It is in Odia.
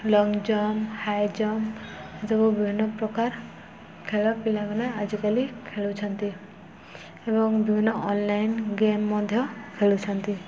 ଲଙ୍ଗ ଜମ୍ପ ହାଇ ଜମ୍ପ ଏସବୁ ବିଭିନ୍ନ ପ୍ରକାର ଖେଳ ପିଲାମାନେ ଆଜିକାଲି ଖେଳୁଛନ୍ତି ଏବଂ ବିଭିନ୍ନ ଅନଲାଇନ୍ ଗେମ୍ ମଧ୍ୟ ଖେଳୁଛନ୍ତି